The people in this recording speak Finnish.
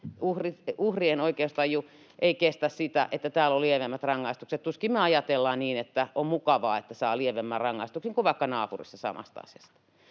Uhrien oikeustaju ei kestä sitä, että täällä on lievemmät rangaistukset. Tuskin me ajatellaan niin, että on mukavaa, että saa lievemmän rangaistuksen kuin vaikka naapurissa samasta asiasta.